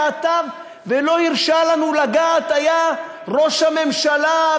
ועד ת' ולא הרשה לנו לגעת היה ראש הממשלה,